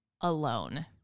alone